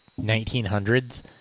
1900s